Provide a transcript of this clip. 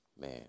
Man